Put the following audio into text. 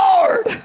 Lord